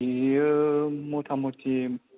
बियो मथा मथि